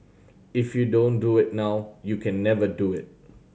if you don't do it now you can never do it